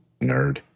Nerd